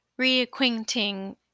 reacquainting